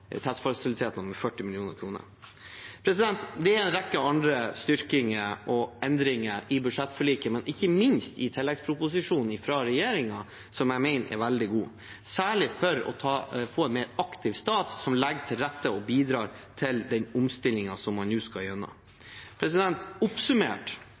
med 40 mill. kr. Det er en rekke andre styrkinger og endringer i budsjettforliket – og ikke minst i tilleggsproposisjonen fra regjeringen – som jeg mener er veldig gode, særlig for å få en mer aktiv stat som legger til rette for og bidrar til den omstillingen som man nå skal gjennom. Oppsummert